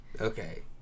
Okay